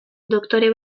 doktore